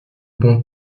bons